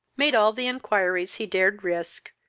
made all the inquiries he dared risk,